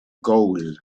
goal